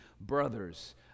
Brothers